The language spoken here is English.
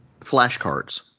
Flashcards